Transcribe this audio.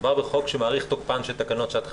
מדובר בחוק שמאריך תוקפן של תקנות שעת חירום.